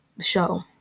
show